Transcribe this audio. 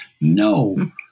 no